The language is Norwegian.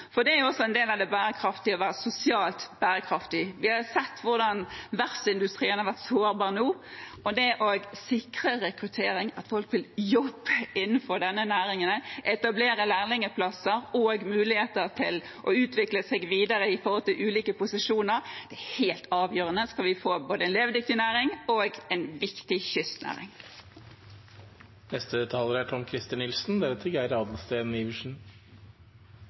for det er også en del av det bærekraftige å være sosialt bærekraftig. Vi har sett hvordan verftsindustrien har vært sårbar nå, og det å sikre rekruttering, at folk vil jobbe innenfor denne næringen, etablere lærlingplasser og muligheter til å utvikle seg videre i forhold til ulike posisjoner, er helt avgjørende, skal vi få både en levedyktig næring og en viktig kystnæring.